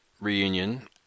reunion